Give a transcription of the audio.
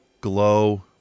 Glow